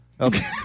Okay